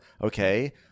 okay